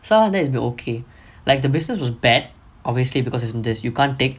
some of them has been okay like the business was bad obviously because isn't this you can't take